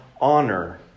honor